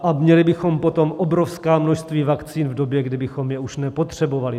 A měli bychom potom obrovská množství vakcín v době, kdy bychom je už nepotřebovali.